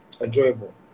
enjoyable